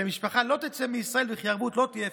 המשפחה לא תצא מישראל וכי הערבות לא תהיה אפקטיבית.